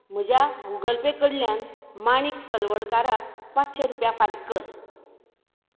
म्हज्या Google Pay कडल्यान माणिक तलवडकाराक पांचशें रुपया फारीक कर